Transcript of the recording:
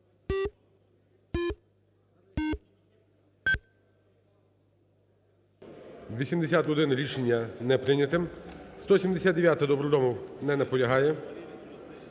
Рішення не прийнято. 179-а, Добродомов. Не наполягає.